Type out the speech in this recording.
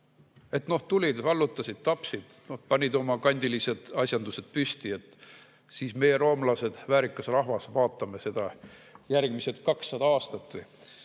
Noh, tulid, vallutasid, tapsid, panid oma kandilised asjandused püsti. Ja meie, roomlased, väärikas rahvas, vaatame seda järgmised 200 aastat või?